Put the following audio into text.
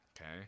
Okay